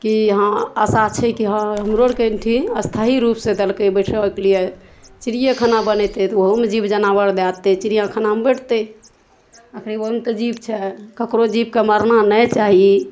की हँ आशा छै कि हँ हमरो आरके एहिठाम स्थायी रूप सऽ देलकै बैसऽके लिए चिड़िये खाना बनैतै तऽ ओहूमे जीब जनावर दऽ देतै चिड़िऑं खानामे बैसतै आखरी ओहिमे तऽ जीब छै ककरो जीबके मारबाक नहि चाही